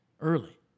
early